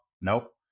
nope